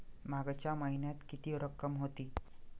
मागच्या महिन्यात किती रक्कम होती?